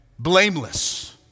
Blameless